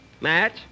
Match